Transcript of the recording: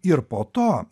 ir po to